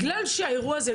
בגלל שהאירוע הזה,